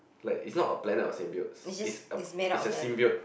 like is not a planet of sin builds is a is a sin build